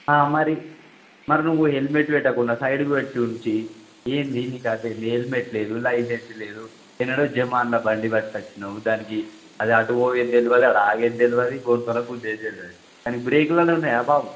మరి మరి నువ్వు హెల్మెట్ లేకుండా సైడ్కి పెట్టుంచి ఏంటి నికిఅసేంటి హెల్మెట్ లేదు లైసెంన్స్ లేదు ఏనాడో జమానా బండి పట్టుకొచ్చినావు దానికి అది అటు పోయేది తెలియదు అది ఆగేది తెలియదు గంత మరకు తెల్సేది లేదు దానికి బ్రేకులేనా ఉన్నాయా బాబు